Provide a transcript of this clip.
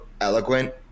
eloquent